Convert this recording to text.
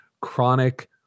chronic